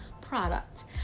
product